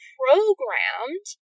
programmed